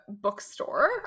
bookstore